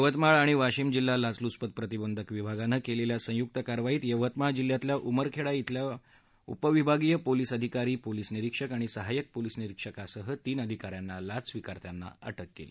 यवतमाळ आणि वाशिम जिल्हा लाच लुचपत विभागानं केलेल्या संयुक्त कारवाईत यवतमाळ जिल्ह्यातल्या उमरखेड शिल्या उपविभागीय पोलीस अधिकारी पोलीस निरीक्षक आणि सहाय्यक पोलीस निरीक्षकासह तीन अधिकाऱ्यांना लाच स्विकारताना अटक केली